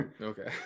Okay